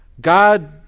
God